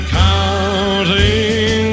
counting